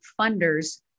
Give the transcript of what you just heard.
funders